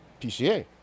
PCA